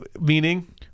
Meaning